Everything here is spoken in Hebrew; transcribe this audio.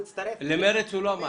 להסתייגויות של מרצ הוא לא אמר